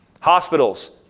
Hospitals